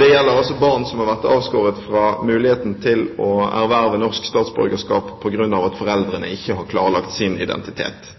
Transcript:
Det gjelder altså barn som har vært avskåret fra muligheten til å erverve norsk statsborgerskap på grunn av at foreldrene ikke har klarlagt sin identitet.